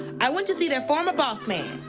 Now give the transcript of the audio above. i went to see their former boss man,